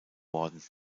worden